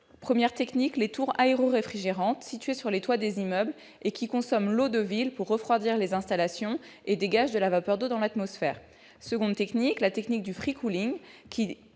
première technique fait appel à des tours aéroréfrigérantes situées sur les toits des immeubles : ces tours consomment l'eau de ville pour refroidir les installations et dégagent de la vapeur d'eau dans l'atmosphère. La seconde est la technique dite du qui